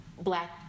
black